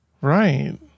right